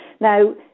Now